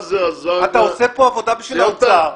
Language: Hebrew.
אתה עושה פה עבודה בשביל האוצר,